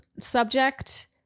subject